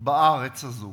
בארץ הזו